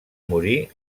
morir